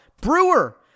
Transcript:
Brewer